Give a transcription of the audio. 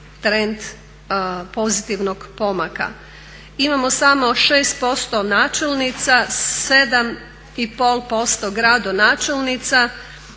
trend pozitivnog pomaka. Imamo samo 6% načelnica, 7,5% gradonačelnica